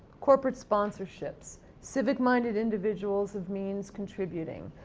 corporate sponsorships, civic minded individuals of means contributing,